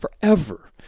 forever